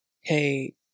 hey